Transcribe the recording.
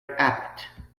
abbott